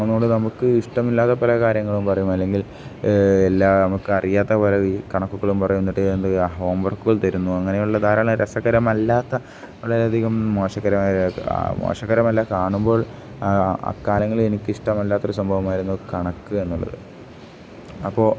നമ്മോട് നമുക്ക് ഇഷ്ടമില്ലാത്ത പല കാര്യങ്ങളും പറയും അല്ലെങ്കിൽ എല്ലാം നമുക്ക് അറിയാത്ത പല ഈ കണക്കുകളും പറയും എന്നിട്ട് എന്ത് ഹോംവർക്കുകൾ തരുന്നു അങ്ങനെയുള്ള ധാരാളം രസകരമല്ലാത്ത വളരെയധികം മോശകരമായ മോശകരമല്ല കാണുമ്പോൾ ആ കാലങ്ങളിൽ എനിക്കിഷ്ടമല്ലാത്തൊരു സംഭവമായിരുന്നു കണക്ക് എന്നുള്ളത് അപ്പോൾ